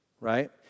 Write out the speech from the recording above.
right